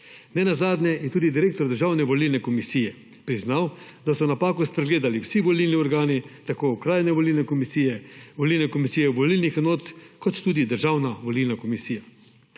Nenazadnje je tudi direktor Državne volilne komisije priznal, da so napako spregledali vsi volilni organi tako okrajne volilne komisije, volilne komisije v volilnih enot kot tudi Državna volilna komisija,